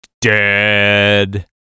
dead